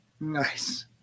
Nice